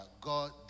God